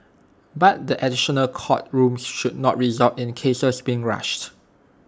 but the additional court rooms should not result in cases being rushed